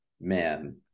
man